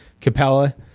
Capella